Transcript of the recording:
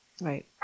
Right